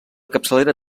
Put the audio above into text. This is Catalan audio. capçalera